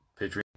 Patreon